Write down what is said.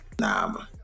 Nah